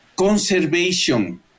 Conservation